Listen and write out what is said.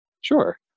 Sure